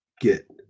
get